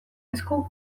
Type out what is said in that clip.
esku